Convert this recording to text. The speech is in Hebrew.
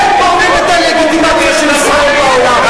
אתם גורמים לדה-לגיטימציה של ישראל בעולם.